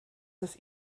das